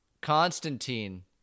constantine